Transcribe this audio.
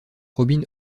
robin